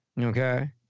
Okay